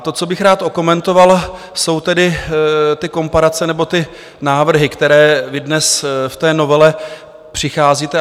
To, co bych rád okomentoval, jsou tedy komparace nebo návrhy, s kterými vy dnes v novele přicházíte.